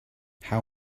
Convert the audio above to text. how